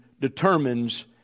determines